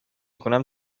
کنم